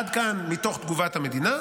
עד כאן מתוך תגובת המדינה,